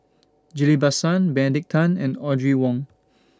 Ghillie BaSan Benedict Tan and Audrey Wong